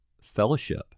fellowship